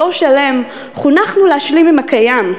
דור שלם, חונכנו להשלים עם הקיים.